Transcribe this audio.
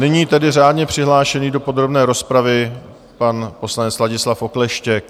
Nyní tedy řádně přihlášený do podrobné rozpravy pan poslanec Ladislav Okleštěk.